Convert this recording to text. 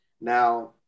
Now